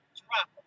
drop